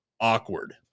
awkward